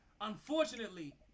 Unfortunately